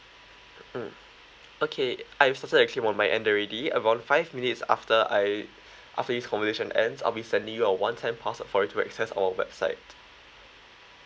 mm okay I have settled the claim on my end already about five minutes after I after this conversation ends I'll be sending you a one time password for you to access our website